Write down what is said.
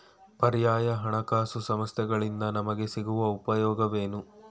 ಪರ್ಯಾಯ ಹಣಕಾಸು ಸಂಸ್ಥೆಗಳಿಂದ ನಮಗೆ ಸಿಗುವ ಉಪಯೋಗವೇನು?